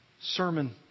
sermon